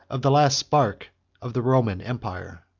of the last spark of the roman empire.